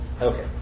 Okay